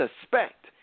suspect